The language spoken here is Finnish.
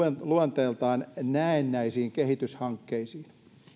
luonteeltaan näennäisiin kehityshankkeisiin